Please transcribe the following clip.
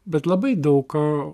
bet labai daug ką